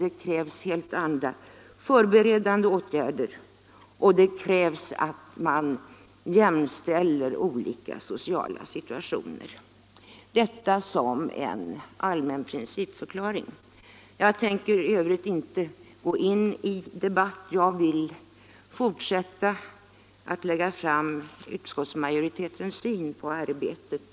Det krävs helt andra, förebyggande åtgärder, och det krävs att man jämställer olika sociala skikt inom befolkningen. Detta som en allmän principförklaring. Jag tänker i övrigt inte gå in i debatt, utan jag skall fortsättningsvis lägga fram utskottets syn på arbetet.